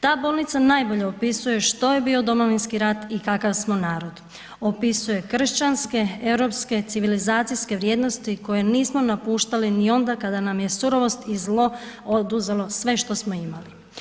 Ta bolnica najbolje opisuje što je bio Domovinski rat i kakav smo narod, opisuje kršćanske, europske, civilizacijske vrijednosti koje nismo napuštali ni onda kada nam je surovost i zlo oduzelo sve što smo imali.